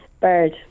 Bird